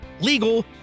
legal